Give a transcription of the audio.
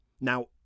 Now